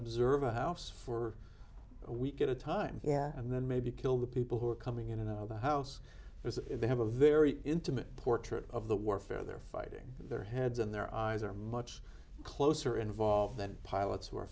observe a house for a week at time yeah and then maybe kill the people who are coming in and out of the house because they have a very intimate portrait of the warfare they're fighting their heads and their eyes are much closer involved than pilots w